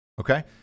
Okay